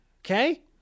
Okay